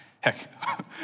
Heck